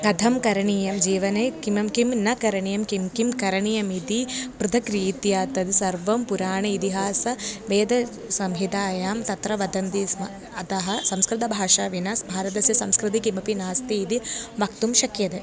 कथं करणीयं जीवने किं किं न करणीयं किं किं करणीयम् इति पृथक् रीत्या तत् सर्वं पुराण इतिहास वेदसंहितायां तत्र वदन्ति स्म अतः संस्कृतभाषा विना भारतस्य संस्कृति किमपि नास्ति इति वक्तुं शक्यति